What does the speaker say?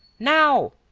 now!